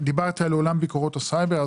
דיברתי על עולם הביקורות הסייבר.